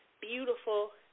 beautiful